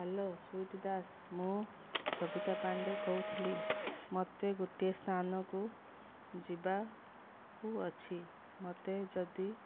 hello Sweety Das ମୁଁ ସବିତା ପାଣ୍ଡେ କହୁଥିଲି ମୋତେ ଗୋଟିଏ ସ୍ଥାନକୁ ଯିବାକୁ ଅଛି ମୋତେ ଯଦି